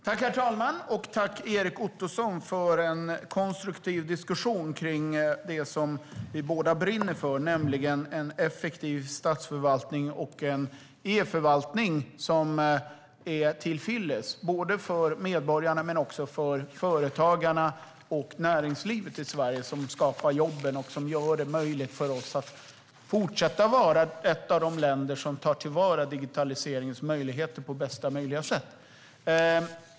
Herr talman! Jag tackar Erik Ottoson för en konstruktiv diskussion om det vi båda brinner för, nämligen en effektiv statsförvaltning och en e-förvaltning som är till fyllest för medborgare och företag. Näringslivet skapar ju jobben och gör det möjligt för oss att fortsätta att vara ett av de länder som tar till vara digitaliseringens möjligheter på bästa sätt.